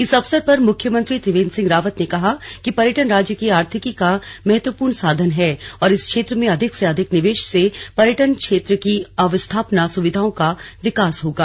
इस अवसर पर मुख्यमंत्री त्रिवेन्द्र सिंह रावत ने कहा कि पर्यटन राज्य की आर्थिकी का महत्वपूर्ण साधन है और इस क्षेत्र में अधिक से अधिक निवेश से पर्यटन क्षेत्र की अवस्थापना सुविधाओं का विकास होगा